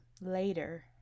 later